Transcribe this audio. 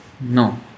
No